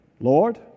Lord